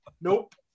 Nope